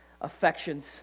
affections